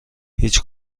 هیچ